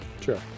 Sure